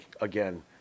again